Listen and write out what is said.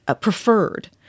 preferred